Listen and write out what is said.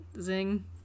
Zing